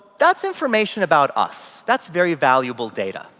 that's information about us. that's very valuable data,